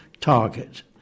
target